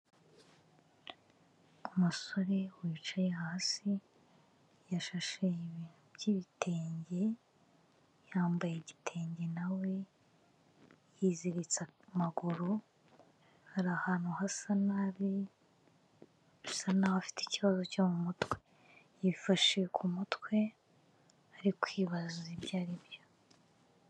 Umusore wicaye hasi, yashashe ibintu by'ibitenge, yambaye igitenge na we, yiziritse amaguru ari ahantu hasa nabi. Asa naho afite ikibazo cyo mu mutwe, yifashe ku mutwe ari kwibaza ibyo ari byo.